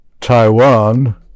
Taiwan